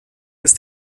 ist